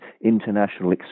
international